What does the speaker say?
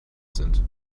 sind